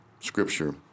Scripture